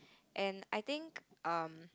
and I think um